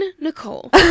Nicole